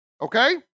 okay